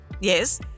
Yes